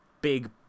big